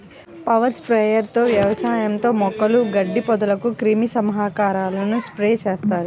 power sprayer తో వ్యవసాయంలో మొక్కలు, గడ్డి, పొదలకు క్రిమి సంహారకాలను స్ప్రే చేస్తారు